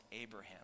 Abraham